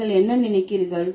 நீங்கள் என்ன நினைக்கிறீர்கள்